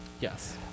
Yes